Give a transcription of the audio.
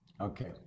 Okay